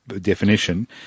definition